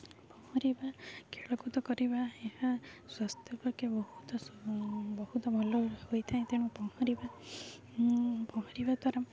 ପହଁରିବା ଖେଳକୁଦ କରିବା ଏହା ସ୍ୱାସ୍ଥ୍ୟ ପକ୍ଷେ ବହୁତ ବହୁତ ଭଲ ହୋଇଥାଏ ତେଣୁ ପହଁରିବା ପହଁରିବା ଦ୍ଵାରା